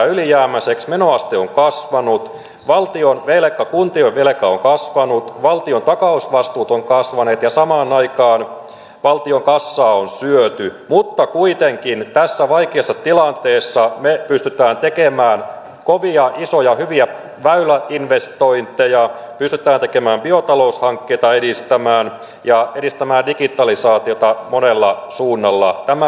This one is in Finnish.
menoaste on kasvanut valtionvelka kuntien velka ovat kasvaneet valtion takausvastuut ovat kasvaneet ja samaan aikaan valtion kassaa on syöty mutta kuitenkin tässä vaikeassa tilanteessa me pystymme tekemään kovia isoja hyviä väyläinvestointeja pystymme biotaloushankkeita edistämään ja edistämään digitalisaatiota monella suunnalla